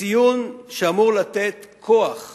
ציון שאמור לתת כוח והשראה.